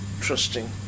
trusting